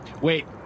Wait